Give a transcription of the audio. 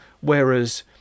Whereas